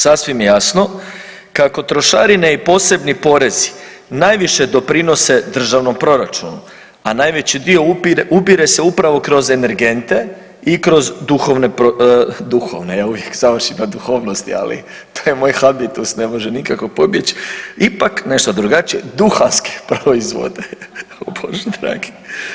Sasvim je jasno kako trošarine i posebni porezi najviše doprinose državnom proračunu a najveći dio ubire se upravo kroz energente i kroz duhovne, duhovne, ja uvijek završim na duhovnosti, ali to je moj habitus, ne može nikako pobjeći, ipak nešto drugačije, duhanske proizvode, o Bože dragi.